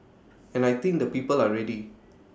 and I think the people are ready